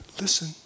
Listen